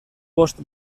bost